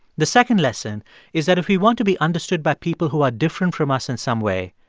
the second lesson is that if we want to be understood by people who are different from us in some way,